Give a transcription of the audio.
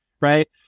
right